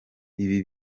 ibi